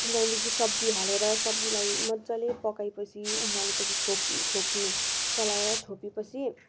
त्यहाँदेखि सब्जी हालेर सब्जीलाई मजाले पकाए पछि उमाले पछि छोप छोप्नु चलाएर छोपे पछि